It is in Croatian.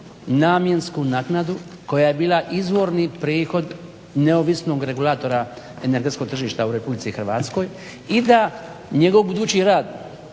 namjensku naknadu koja je bila izvorni prihod neovisnog regulatora energetskog tržišta u RH i da njegov budući rad